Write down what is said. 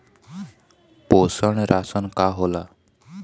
पोषण राशन का होला?